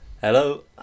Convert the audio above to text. Hello